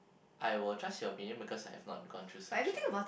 I will trust your opinion because I've not gone through yet